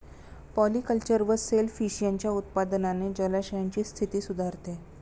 polyculture व shellfish यांच्या उत्पादनाने जलाशयांची स्थिती सुधारते